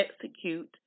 execute